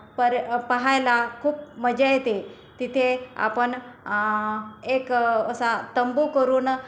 पर्य पहायला खूप मजा येते तिथे आपण एक असा तंबू करून